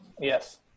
Yes